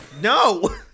No